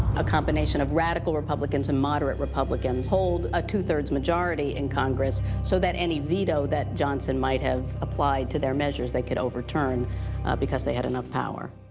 a combination of radical republicans and moderate republicans hold a two three majority in congress. so that any veto that johnson might have applied to their measures, they could overturn because they had enough power.